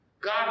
God